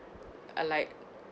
uh like